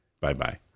bye-bye